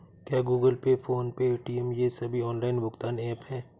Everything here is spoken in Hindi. क्या Google pay PhonePe Paytm ये सभी ऑनलाइन भुगतान ऐप हैं?